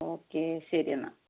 ഒക്കെ ശരി എന്നാൽ